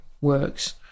works